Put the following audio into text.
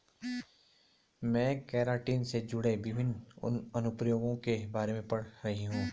मैं केराटिन से जुड़े विभिन्न अनुप्रयोगों के बारे में पढ़ रही हूं